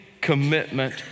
commitment